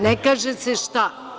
Ne kaže se šta.